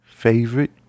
favorite